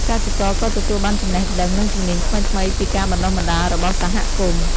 កសិករក៏ទទួលបានចំណេះដឹងនិងជំនាញថ្មីៗពីការបណ្ដុះបណ្ដាលរបស់សហគមន៍។